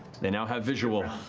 they now have visual.